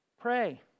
pray